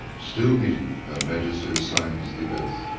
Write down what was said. still kneeling, her majesty signs the oath.